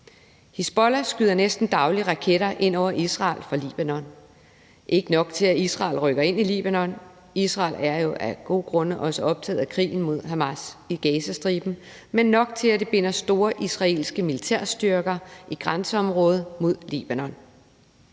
Hizbollah skyder næsten dagligt raketter ind over Israel fra Libanon. Det er ikke nok til, at Israel rykker ind i Libanon – Israel er jo af gode grunde også optaget af krigen mod Hamas i Gazastriben – men nok til, at det binder store israelske militærstyrker i grænseområdet mod Libanon.